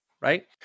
right